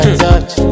touch